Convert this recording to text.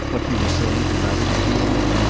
what you were saying to madame de vionnet?